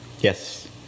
yes